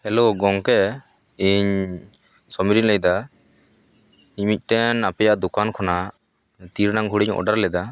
hello ᱜᱚᱢᱠᱮ ᱤᱧ ᱥᱚᱢᱤᱨ ᱤᱧ ᱞᱟᱹᱭᱮᱫᱟ ᱤᱧ ᱢᱤᱫᱴᱮᱱ ᱟᱯᱮᱭᱟᱜ ᱫᱚᱠᱟᱱ ᱠᱷᱚᱱᱟᱜ ᱛᱤ ᱨᱮᱱᱟᱝ ᱜᱷᱚᱲᱤᱧ ᱳᱰᱟᱨ ᱞᱮᱫᱟ